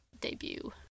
debut